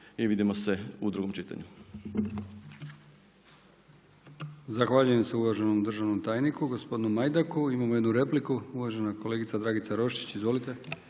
i vidimo se u drugom čitanju.